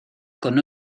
con